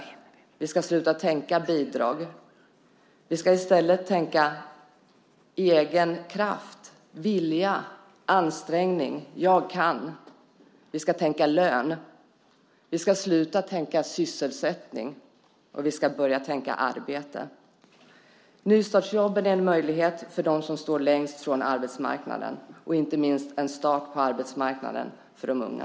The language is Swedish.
Vi ska sluta tänka bidrag. Vi ska i stället tänka: egen kraft, vilja, ansträngning, jag kan. Vi ska tänka lön. Vi ska sluta tänka sysselsättning, och vi ska börja tänka arbete. Nystartsjobben är en möjlighet för dem som står längst från arbetsmarknaden, och inte minst en start på arbetsmarknaden för de unga.